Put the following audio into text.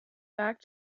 back